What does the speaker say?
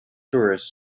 tourists